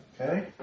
Okay